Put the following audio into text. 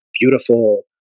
beautiful